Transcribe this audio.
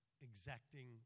exacting